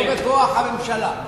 לא בכוח הממשלה.